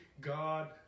God